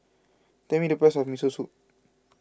tell me the price of Miso Soup